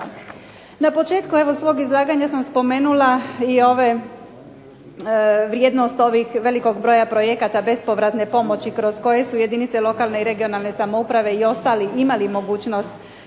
Na početku evo svog izlaganja sam spomenula i ove, vrijednost ovih, velikog broja projekata bespovratne pomoći kroz koje su jedinice lokalne i regionalne samouprave i ostali imali mogućnost